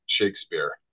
Shakespeare